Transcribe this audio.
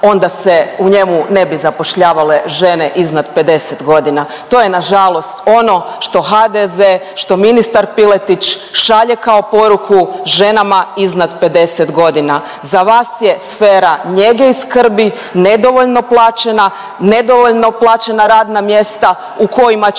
onda se u njemu ne bi zapošljavale žene iznad 50.g., to je nažalost ono što HDZ, što ministar Piletić šalje kao poruku ženama iznad 50.g., za vas je sfera njege i skrbi nedovoljno plaćena, nedovoljno plaćena radna mjesta u kojima ćete